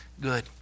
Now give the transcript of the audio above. good